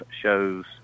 shows